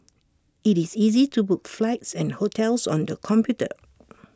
IT is easy to book flights and hotels on the computer